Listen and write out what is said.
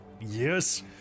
Yes